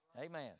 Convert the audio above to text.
Amen